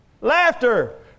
laughter